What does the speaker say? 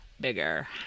bigger